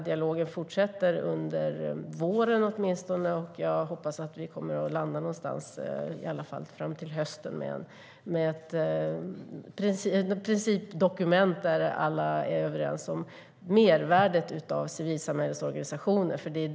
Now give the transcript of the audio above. Dialogen fortsätter åtminstone under våren, och jag hoppas att vi kommer att landa någon gång fram till hösten med ett principdokument där alla är överens om mervärdet av civilsamhällesorganisationer.